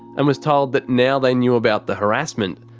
and was told that now they knew about the harassment,